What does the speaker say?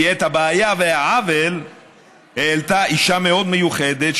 כי את הבעיה והעוול העלתה אישה מאוד מיוחדת,